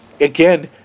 again